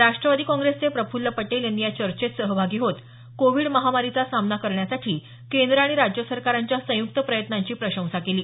राष्ट्रवादी काँग्रेसचे प्रफुल्ल पटेल यांनी या चर्चेत सहभागी होत कोविड महामारीचा सामना करण्यासाठी केंद्र आणि राज्य सरकारांच्या संयुक्त प्रयत्नांची प्रशंसा केली